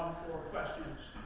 for questions